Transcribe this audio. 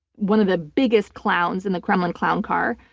one of the biggest clowns in the kremlin clown car.